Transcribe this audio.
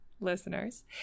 listeners